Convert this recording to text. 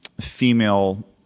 female